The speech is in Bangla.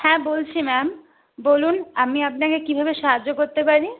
হ্যাঁ বলছি ম্যাম বলুন আমি আপনাকে কিভাবে সাহায্য করতে পারি